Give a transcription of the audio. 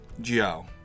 Joe